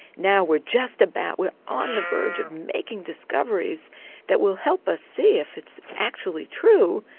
now we're just about, we're on the verge of making discoveries that will help us see if it's actually true,